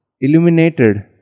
illuminated